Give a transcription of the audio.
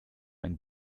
ein